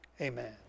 amen